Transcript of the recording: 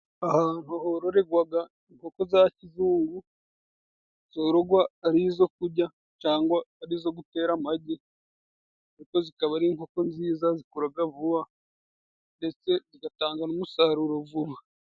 Ahantu hororerwa inkoko za kizungu, zororwa ari izo kurya cyangwa arizo gutera amagi, inkoko zikaba ari inkoko nziza zikura vuba ndetse zigatanga n'umusaruro vuba.